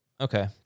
okay